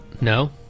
No